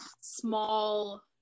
small